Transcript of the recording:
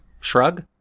Shrug